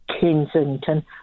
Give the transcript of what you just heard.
Kensington